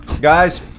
guys